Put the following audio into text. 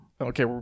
Okay